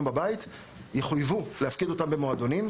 בבית יחויבו להפקיד אותם במועדונים,